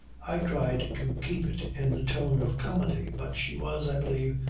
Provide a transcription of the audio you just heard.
i tried to keep it in the tone of comedy but she was, i believe,